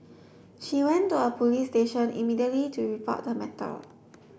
she went to a police station immediately to report the matter